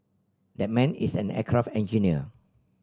that man is an aircraft engineer